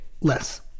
less